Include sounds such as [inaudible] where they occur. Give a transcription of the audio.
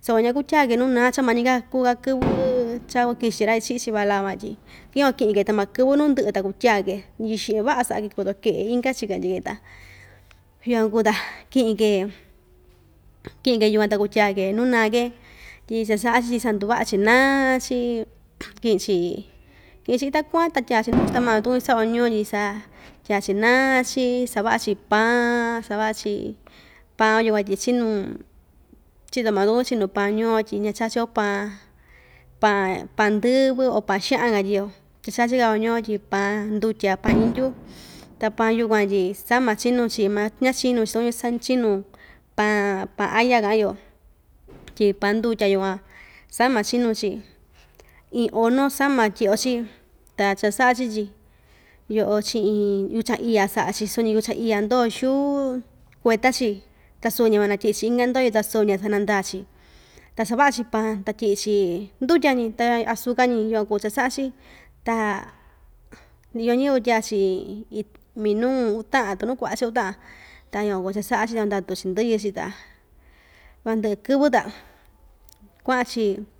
soko ñakutyaa‑ke nuu naa cha mika kuu‑ka kɨvɨ [noise] cha kuakichi ra‑ichiꞌi chiꞌin vala van tyi keyukuan kiꞌin‑ke tama kɨvɨ nuu ndɨꞌɨ ta kutyaa‑ke yɨxeꞌe vaꞌa saꞌa‑ke koto keꞌe inka‑chi katyi‑ke ta yukuan kuu ta kiꞌin‑ke kiꞌin‑ke, kuyuan ta kutyaa‑ke nuu naa‑ke tyi cha saꞌa‑chi tyi sanduvaꞌa‑chi naa‑chi kiꞌin‑chi kiꞌin‑chi ita kuan ta tyaa‑chi [noise] nuu‑chi tama kuñu saꞌa‑yo ñuu‑yo tyi saa tyaa‑chi naa‑chi savaꞌa‑chi paa savaꞌa‑chi paao yukuan tyi chinu chito maayo tukuñu chinu paa ñuuo tyi ñachachi‑yo paan paan paan ndɨvɨ o pan xaꞌan katyi‑yo cha‑chachika‑yo ñuuo tyi paan ndutya paan [noise] indyu ta paan yukuan tyi sama chinu‑chi maa ñachinu‑chi takuñu san chinu paan paan aya kaꞌan‑yo [noise] tyi paan ndutya yukuan sama chinu‑chi iin hono sama tyiꞌyo‑chi ta cha saꞌa‑chi tyi yoꞌo chiꞌin yuchan iya saꞌa‑chi suñi yuchan iya ndoo xuu kueta‑chi ta suñi yukuan natyiꞌi‑chi inka ndoyo ta suñi van sanandaa‑chi ta savaꞌa‑chi paan ta tyiꞌi‑chi ndutya‑ñi ta azuca‑ñi yukuan kuu cha saꞌa‑chi ta iyo ñiyɨvɨ tyaa‑chi minuu uu taꞌan tunu kuaꞌa‑chi uu taꞌan ta yukuan kuu cha saꞌa‑chi ta ndatu‑chi ndɨyɨ‑chi ta naa ndɨꞌɨ kɨvɨ ta kuaꞌan‑chi.